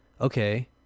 okay